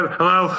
hello